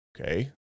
okay